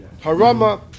Harama